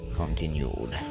continued